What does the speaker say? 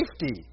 safety